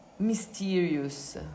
mysterious